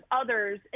others